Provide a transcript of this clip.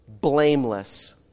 blameless